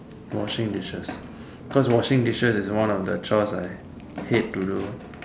washing dishes cause washing dishes is one of the chores I hate to do